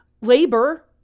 labor